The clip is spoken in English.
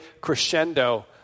crescendo